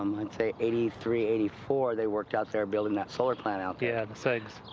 um i'd say eighty three, eighty four, they worked out there building that solar plant out there. yeah, the segs.